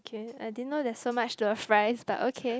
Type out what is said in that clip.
K I didn't know there's so much to a fries but okay